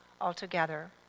altogether